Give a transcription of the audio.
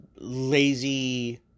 lazy